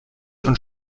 und